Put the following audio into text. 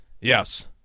yes